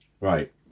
Right